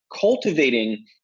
cultivating